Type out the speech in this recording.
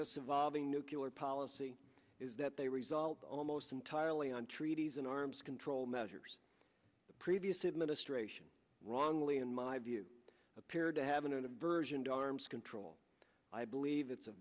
this evolving nucular policy is that they resolved almost entirely on treaties an arms control measures the previous administration wrongly in my view appeared to have an aversion to arms control i believe it's a